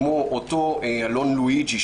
כמו אותו אלון לואיג'י,